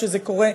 שזה קורה,